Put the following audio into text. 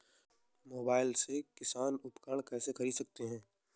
Mobile से किसान उपकरण कैसे ख़रीद सकते है?